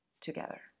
together